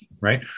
right